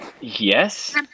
Yes